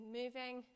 moving